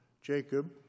Jacob